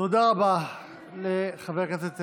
תודה רבה לחבר הכנסת אבוטבול.